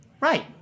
Right